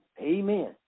Amen